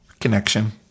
Connection